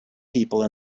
people